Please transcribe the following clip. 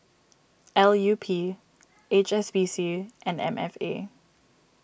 L U P H S B C and M F A